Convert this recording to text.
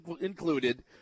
included